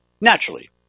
naturally